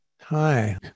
Hi